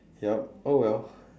yup oh well